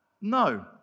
no